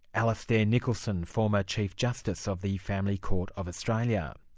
alastair nicholson, former chief justice of the family court of australia.